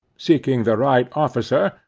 seeking the right officer,